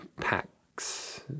packs